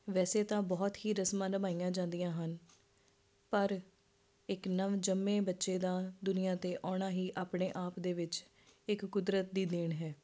ਵੈਸੇ ਤਾਂ ਬਹੁਤ ਹੀ ਰਸਮਾਂ ਨਿਭਾਈਆਂ ਜਾਂਦੀਆਂ ਹਨ ਪਰ ਇੱਕ ਨਵ ਜੰਮੇ ਬੱਚੇ ਦਾ ਦੁਨੀਆ 'ਤੇ ਆਉਣਾ ਹੀ ਆਪਣੇ ਆਪ ਦੇ ਵਿੱਚ ਇੱਕ ਕੁਦਰਤ ਦੀ ਦੇਣ ਹੈ